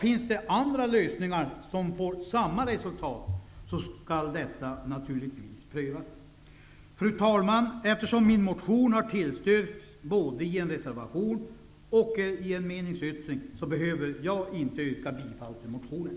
Finns det andra lösningar som får samma resultat skall dessa naturligtvis prövas. Fru talman! Eftersom min motion har tilltyrkts både i en reservation och i en meningsyttring behöver jag inte yrka bifall till motionen.